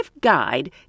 guide